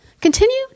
continue